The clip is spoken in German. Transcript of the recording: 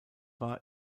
war